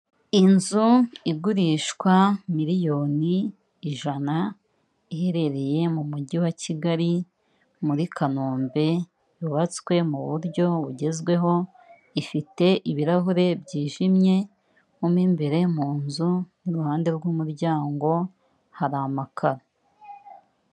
Inzu igurishwa miliyoni ijana, iherereye mu mujyi wa Kigali muri Kanombe yubatswe mu buryo bugezweho, ifite ibirahure byijimye mo imbere mu nzu n'iruhande rw'umuryango hari amakaro.